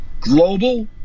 global